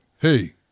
hey